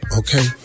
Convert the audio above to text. okay